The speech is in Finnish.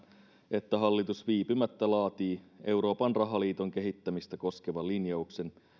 että hallitus viipymättä laatii euroopan rahaliiton kehittämistä koskevan linjauksen